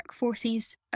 workforces